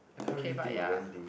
K Paya